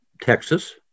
Texas